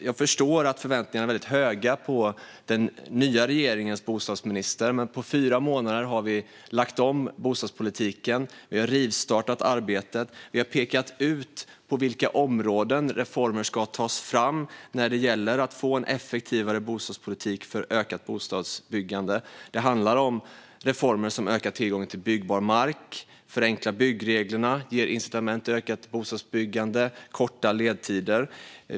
Jag förstår att förväntningarna är väldigt höga på den nya regeringens bostadsminister, men på fyra månader har vi lagt om bostadspolitiken, rivstartat arbetet och pekat ut på vilka områden reformer ska tas fram när det gäller att få en effektivare bostadspolitik för ökat bostadsbyggande. Det handlar om reformer som ökar tillgången till byggbar mark, förenklar byggreglerna, ger incitament till ökat bostadsbyggande och kortar ledtiderna.